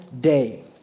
day